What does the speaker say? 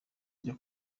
njya